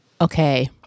Okay